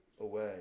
away